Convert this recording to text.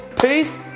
peace